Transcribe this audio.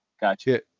gotcha